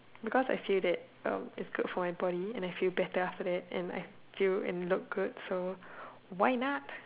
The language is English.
because I feel that uh it's good for my body and I feel better after that and I feel and look good so why not